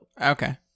Okay